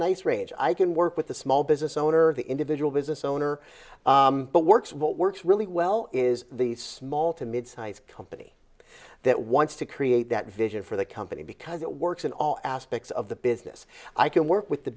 nice range i can work with the small business owner of the individual business owner but works what works really well is the small to midsize company that wants to create that vision for the company because it work in all aspects of the business i can work with the